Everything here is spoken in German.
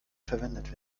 verwendet